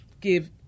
give